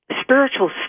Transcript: spiritual